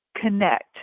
connect